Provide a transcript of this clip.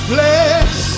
Bless